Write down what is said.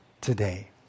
today